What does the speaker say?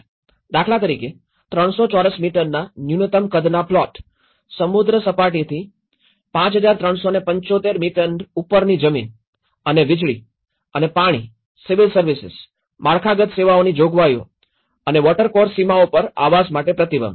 દાખલા તરીકે ૩૦૦ ચોરસ મીટરના ન્યુનતમ કદના પ્લોટ સમુદ્ર સપાટીથી ૫૩૭૫ મીટરની ઉપરની જમીન અને વીજળી અને પાણી સિવિલ સર્વિસિસ માળખાગત સેવાની જોગવાઈઓ અને વોટરકોર્સ સીમાઓ પર આવાસ માટે પ્રતિબંધ